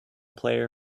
player